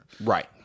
Right